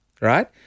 right